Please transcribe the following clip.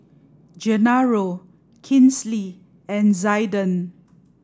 Genaro Kinsley and Zaiden